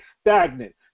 stagnant